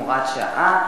הוראת שעה),